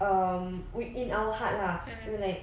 um in our heart lah we're like